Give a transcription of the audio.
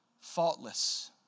Faultless